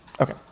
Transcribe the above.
Okay